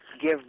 give